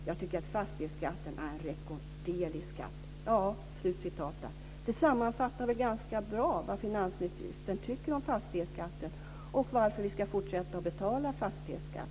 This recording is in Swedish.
Jag tycker att fastighetsskatten är en rekorderlig skatt." Det sammanfattar väl ganska bra vad finansministern tycker om fastighetsskatten och varför vi ska fortsätta att betala fastighetsskatt.